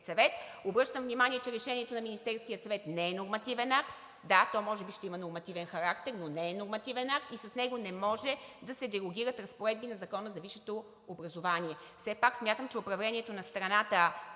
съвет. Обръщам внимание, че решението на Министерския съвет не е нормативен акт. Да, то може би ще има нормативен характер, но не е нормативен акт и с него не може да се дерогират разпоредби на Закона за висшето образование. Все пак смятам, че управлението на страната